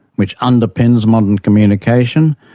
which underpins modern communication,